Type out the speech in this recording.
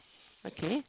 okay